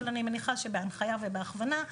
אבל אני מניחה שבהנחיה ובהכוונה,